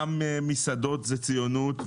גם מסעדות זה ציונות.